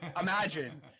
imagine